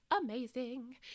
amazing